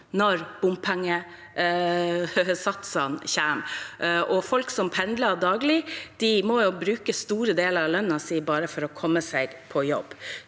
når bompengesatsene kommer, og folk som pendler daglig, må bruke store deler av lønnen sin bare for å komme seg på jobb.